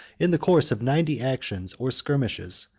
in the course of ninety actions or skirmishes,